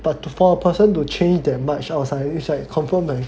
but to for a person to change that much all of a sudden it's like confirm